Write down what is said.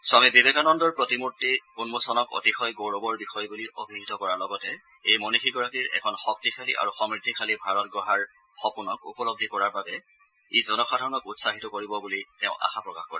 স্বামী বিবেকানন্দৰ প্ৰতিমূৰ্তি উন্মোচনক অতিশয় গৌৰৱৰ বিষয় বুলি অভিহিত কৰাৰ লগতে এখন শক্তিশালী আৰু সমৃদ্ধিশালী ভাৰতবৰ্ষ গঢ়াৰ এই মনিযীগৰাকীৰ সপোনক উপলধ্ধি কৰাৰ বাবে ই জনসাধাৰণক উৎসাহিত কৰিব বুলি তেওঁ আশা প্ৰকাশ কৰে